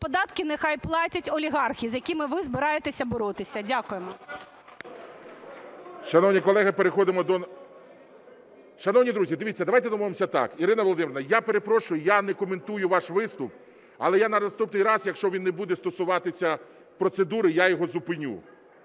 Податки нехай платять олігархи, з якими ви збираєтеся боротися. Дякуємо.